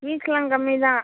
ஃபீஸ்லாம் கம்மி தான்